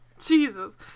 Jesus